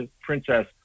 Princess